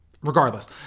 Regardless